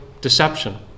deception